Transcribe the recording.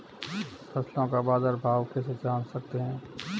फसलों का बाज़ार भाव कैसे जान सकते हैं?